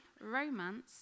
romance